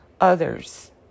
others